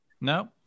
No